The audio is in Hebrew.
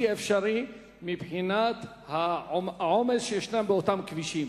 אפשרי מבחינת העומס שיש באותם כבישים.